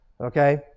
Okay